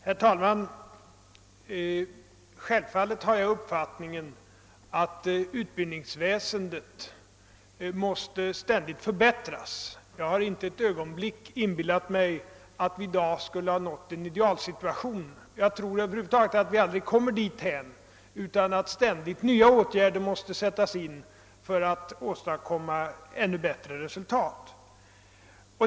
Herr talman! Självfallet har jag den uppfattningen att utbildningsväsendet ständigt måste förbättras. Jag har inte ett ögonblick inbillat mig att vi i dag skulle ha nått en idealsituation. Jag tror att vi över huvud taget aldrig kommer dithän, utan att ständigt nya åtgärder måste sättas in för att vi skall åstadkomma ännu bättre resultat.